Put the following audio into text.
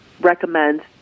recommend